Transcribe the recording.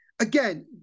again